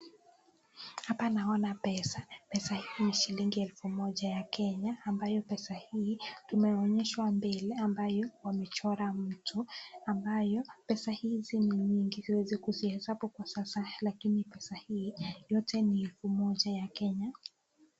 Hapa naona pesa, pesa hii ni shilingi elfu moja ya Kenya, ambayo pesa hii tumeonyeshwa mbele ambayo wamechora ambayo pesa hizi ni nyingi, unaweza kuzihesabu kwa sasa lakini pesa hii yote ni elfu moja ya Kenya.